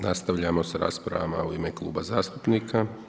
Nastavljamo s raspravom u ime kluba zastupnika.